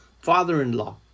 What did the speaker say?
father-in-law